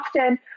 often